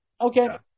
Okay